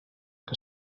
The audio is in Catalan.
que